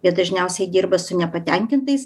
jie dažniausiai dirba su nepatenkintais